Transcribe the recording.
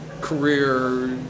career